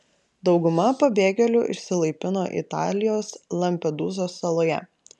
dauguma pabėgėlių išsilaipino italijos lampedūzos saloje